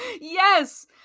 Yes